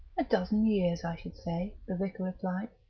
a dozen years, i should say, the vicar replied.